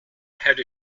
had